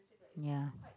ya